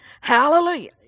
hallelujah